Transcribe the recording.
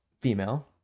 female